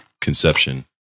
conception